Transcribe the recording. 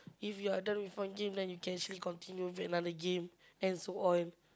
if you are done with one game then you can actually continue with another game and so on